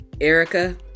Erica